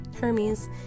Hermes